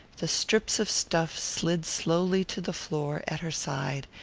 the strips of stuff slid slowly to the floor at her side,